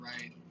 right